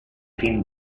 fin